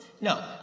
No